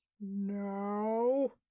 no